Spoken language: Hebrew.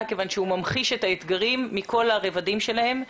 כיוון שהוא ממחיש את האתגרים מכל הרבדים שלהם,